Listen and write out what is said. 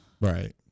Right